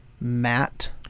Matt